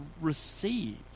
receive